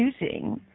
choosing